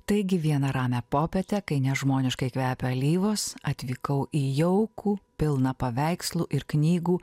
taigi vieną ramią popietę kai nežmoniškai kvepia alyvos atvykau į jaukų pilną paveikslų ir knygų